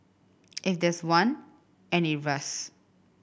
if there's one and it rusts